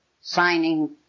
signing